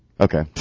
Okay